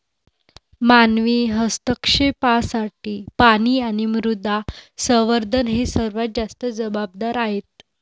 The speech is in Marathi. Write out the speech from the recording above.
मानवी हस्तक्षेपासाठी पाणी आणि मृदा संवर्धन हे सर्वात जास्त जबाबदार आहेत